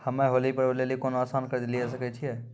हम्मय होली पर्व लेली कोनो आसान कर्ज लिये सकय छियै?